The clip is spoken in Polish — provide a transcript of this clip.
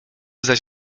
zaś